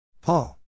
Paul